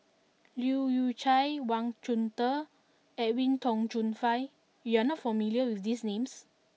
Leu Yew Chye Wang Chunde and Edwin Tong Chun Fai you are not familiar with these names